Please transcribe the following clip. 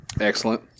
Excellent